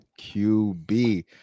QB